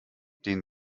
den